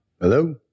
Hello